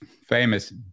famous